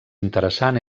interessant